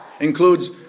includes